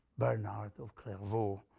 bernard of clairvaux,